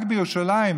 רק בירושלים,